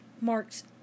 marks